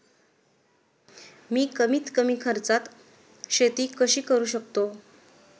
मी कमीत कमी खर्चात शेती कशी करू शकतो?